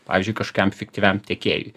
pavyzdžiui kažkam fiktyviam tiekėjui